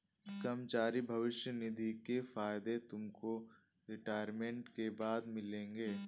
कर्मचारी भविष्य निधि के फायदे तुमको रिटायरमेंट के बाद मिलेंगे